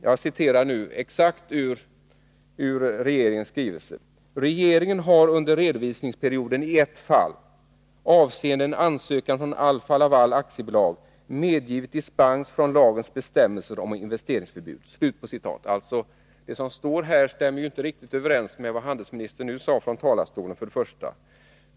Jag citerar nu exakt ur regeringens skrivelse: ”Regeringen har under redovisningsperioden i ett fall, avseende en ansökan från Alfa-Laval AB, medgivit dispens från lagens bestämmelser om investeringsförbud.” Det som står här stämmer inte riktigt överens med vad handelsministern nu sade från talarstolen.